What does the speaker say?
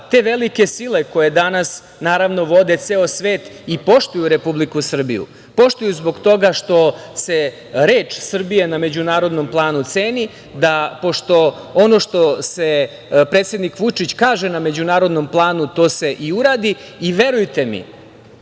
te velike sile koje danas vode ceo svet i poštuju Republiku Srbiju, poštuju zbog toga što se reč Srbija na međunarodnom planu ceni, pošto se ono što predsednik Vučić kaže na međunarodnom planu to i uradi. Verujte mi,